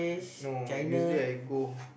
no usually I go